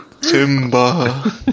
Simba